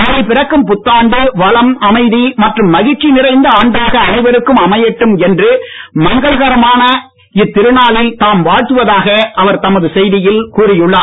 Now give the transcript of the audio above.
நாளை பிறக்கும் புத்தாண்டு வளம் அமைதி மற்றும் மகிழ்ச்சி நிறைந்த ஆண்டாக அனைவருக்கும் அமையட்டும் என்று மங்களகரமான இத்திருநாளில் தாம் வாழ்த்துவதாக அவர் தமது செய்தியில் கூறியுள்ளார்